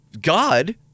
God